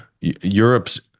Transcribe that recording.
Europe's